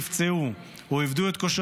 שנועדה לתקן עוול שנגרם ללוחמים שנפצעו במהלך